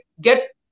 get